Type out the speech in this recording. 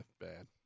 bad